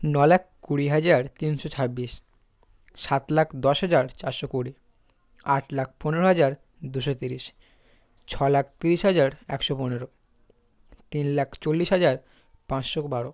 ন লাখ কুড়ি হাজার তিনশো ছাব্বিশ সাত লাখ দশ হাজার চারশো কুড়ি আট লাখ পনেরো হাজার দুশো তিরিশ ছ লাখ তিরিশ হাজার একশো পনেরো তিন লাখ চল্লিশ হাজার পাঁচশো বারো